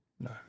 No